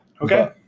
Okay